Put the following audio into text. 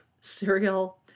cereal